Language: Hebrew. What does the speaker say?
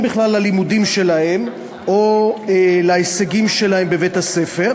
בכלל ללימודים שלהם או להישגים שלהם בבית-הספר,